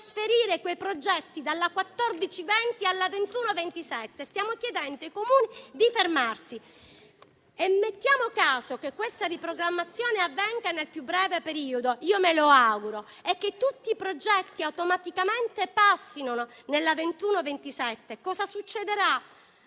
Stiamo chiedendo ai Comuni di fermarsi. Mettiamo il caso che questa riprogrammazione avvenga nel più breve periodo, come mi auguro, e che tutti i progetti automaticamente passino nei piani 2021-2027, cosa succederà